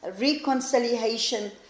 reconciliation